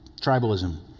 tribalism